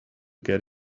get